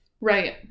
Right